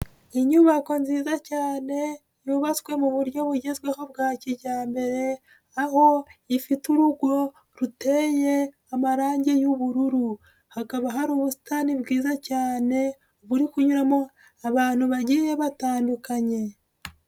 Inyubako nziza cyane yubatswe mu buryo bugezweho bwa kijyambere aho ifite urugo ruteye amarangi y'ubururu hakaba hari ubusitani bwiza cyane buri kunyuramo abantu bagiye batandukanye.